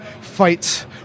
fights